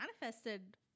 manifested